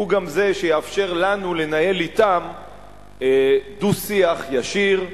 הוא גם זה שיאפשר לנו לנהל אתם דו-שיח ישיר,